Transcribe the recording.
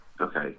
okay